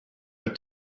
but